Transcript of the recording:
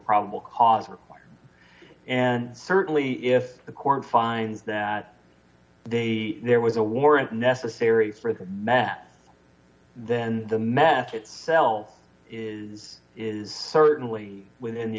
probable cause and certainly if the court finds that the there was a warrant necessary for the men then the method cell is is certainly within the